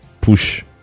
push